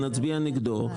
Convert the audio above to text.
נצביע נגדו,